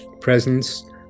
presence